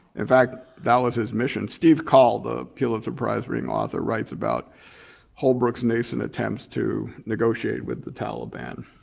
in fact, that was his mission. steve coll, the pulitzer prize winning author writes about holbrooke's nascent attempts to negotiate with the taliban,